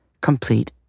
complete